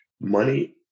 money